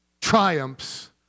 triumphs